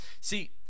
See